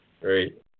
Great